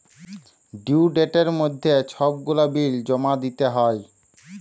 due ডেটের মইধ্যে ছব গুলা বিল জমা দিতে হ্যয়